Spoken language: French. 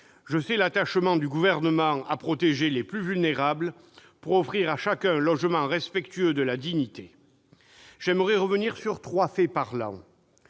Je sais l'attachement du Gouvernement à protéger les plus vulnérables, pour offrir à chacun un logement respectueux de la dignité. Je veux revenir sur trois faits parlants.